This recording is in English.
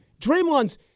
Draymond's